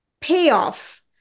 payoff